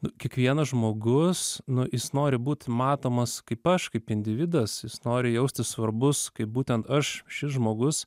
nu kiekvienas žmogus nu jis nori būt matomas kaip aš kaip individas jis nori jaustis svarbus kaip būtent aš šis žmogus